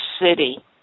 city